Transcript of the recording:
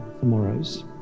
tomorrow's